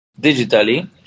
digitally